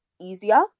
easier